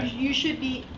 you should be